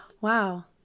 Wow